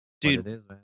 Dude